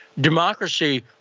democracy